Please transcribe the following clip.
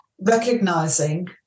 recognizing